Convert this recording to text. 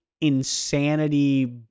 insanity